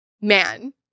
man